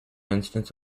instance